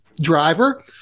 driver